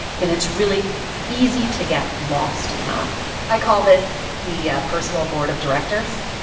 then it's really easy to get lost in that i call this the personal board of directors.